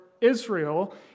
Israel